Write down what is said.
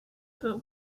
but